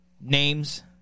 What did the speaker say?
names